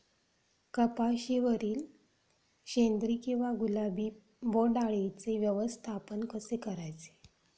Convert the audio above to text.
कपाशिवरील शेंदरी किंवा गुलाबी बोंडअळीचे व्यवस्थापन कसे करायचे?